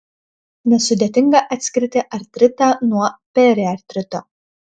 nesudėtinga atskirti artritą nuo periartrito